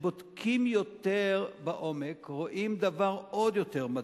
כשבודקים יותר בעומק, רואים דבר עוד יותר מדאיג: